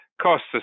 costs